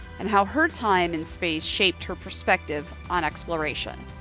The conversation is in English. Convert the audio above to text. and how her time in space shaped her perspective on exploration.